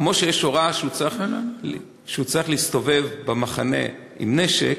כמו שיש הוראה שהוא צריך להסתובב במחנה עם נשק,